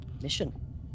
mission